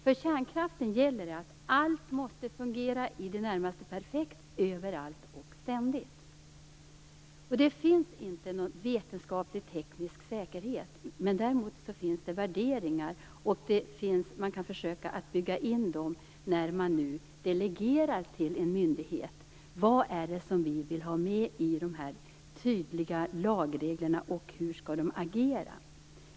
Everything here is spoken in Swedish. För kärnkraften gäller det att allt måste fungera i det närmaste perfekt överallt och ständigt. Det finns inte någon vetenskaplig-teknisk säkerhet, däremot finns det värderingar. När man delegerar till en myndighet kan man försöka att bygga in vad det är man vill ha med i de tydliga lagreglerna och hur myndigheten skall agera.